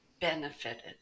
benefited